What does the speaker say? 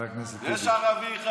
יש ערבי אחד.